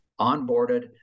onboarded